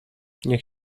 niech